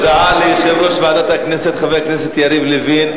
הודעה ליושב-ראש ועדת הכנסת, חבר הכנסת יריב לוין.